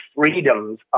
freedoms